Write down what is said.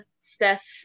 Steph